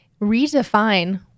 redefine